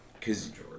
cause